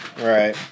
right